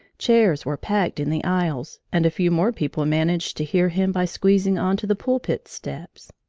chairs were packed in the aisles, and a few more people managed to hear him by squeezing on to the pulpit steps.